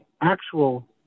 actual